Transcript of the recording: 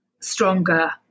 stronger